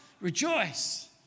Rejoice